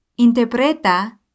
Interpreta